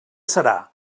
serà